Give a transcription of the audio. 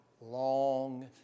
long